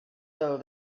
though